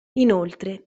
inoltre